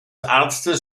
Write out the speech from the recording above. arztes